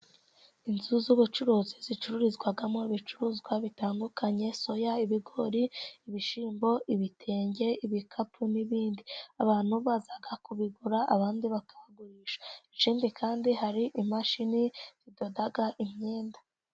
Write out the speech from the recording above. Inzu z'ubucuruzi zicururizwamo ibicuruzwa bitandukanye: soya, ibigori, ibishyimbo, ibitenge, ibikapu n'ibindi. Abantu baza kubigura ,abandi bakahagurisha ikindi kandi hari imashini zidoda imyenda.